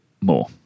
more